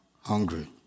hungry